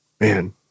man